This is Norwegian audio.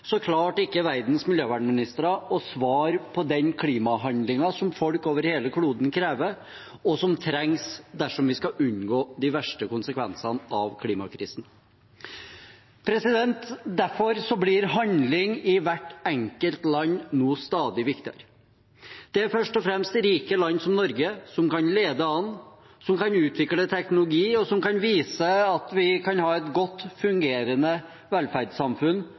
å svare på den klimahandlingen som folk over hele kloden krever, og som trengs dersom vi skal unngå de verste konsekvensene av klimakrisen. Derfor blir handling i hvert enkelt land nå stadig viktigere. Det er først og fremst rike land som Norge som kan lede an, som kan utvikle teknologi, og som kan vise at vi kan ha et godt fungerende velferdssamfunn